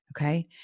Okay